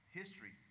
history